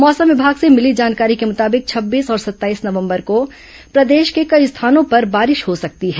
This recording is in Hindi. मौसम विभाग से मिली जानकारी के मुताबिक छब्बीस और सत्ताईस नवंबर को प्रदेश के कई स्थानों पर बारिश हो सकती है